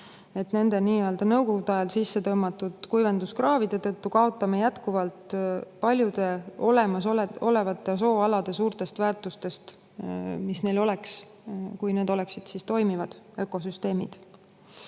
raiskamine. Nõukogude ajal sisse tõmmatud kuivenduskraavide tõttu kaotame jätkuvalt palju olemasolevate sooalade suurest väärtusest, mis neil oleks, kui need oleksid toimivad ökosüsteemid. Samuti